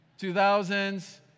2000s